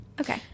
Okay